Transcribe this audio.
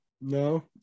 no